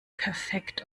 perfekt